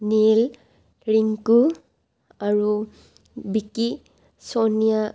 নীল ৰিংকু আৰু বিকি চনিয়া